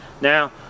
now